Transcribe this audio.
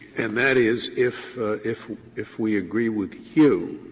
and that is if if if we agree with you,